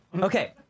Okay